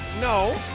no